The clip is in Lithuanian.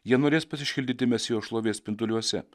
jie norės pasišildyti mesijo šlovės spinduliuose